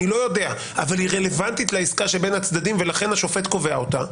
אני לא יודע אבל היא רלוונטית לעסקה שבין הצדדים ולכן השופט קובע אותה.